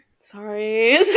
Sorry